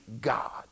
God